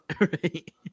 right